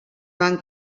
van